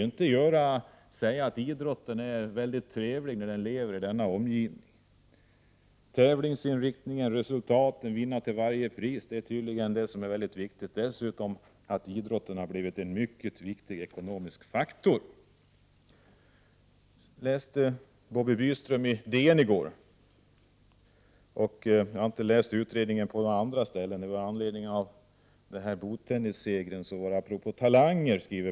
Vi kan ju inte säga att idrotten är trevlig, när den lever i denna omgivning. Tävlingsinriktning, resultat, vinna till varje pris är tydligen väldigt viktigt. Dessutom har idrotten blivit en mycket viktig ekonomisk faktor. Jag läste vad Bobby Byström skrev i Dagens Nyheter i går. Jag har inte läst den utredning det gäller, men Bobby Byström skrev följande i samband med bordtennistävlingen: ” Apropå talanger, ja.